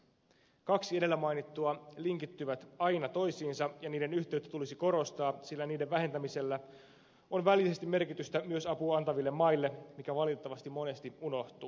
kaksi edellä mainittua linkittyvät aina toisiinsa ja niiden yhteyttä tulisi korostaa sillä niiden vähentämisellä on välillisesti merkitystä myös apua antaville maille mikä valitettavasti monesti unohtuu